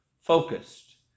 focused